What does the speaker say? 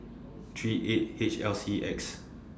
three eight H L C X